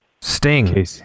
Sting